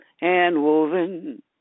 hand-woven